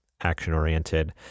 action-oriented